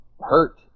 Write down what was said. hurt